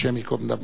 השם ייקום דמו.